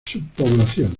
subpoblaciones